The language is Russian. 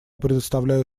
предоставляю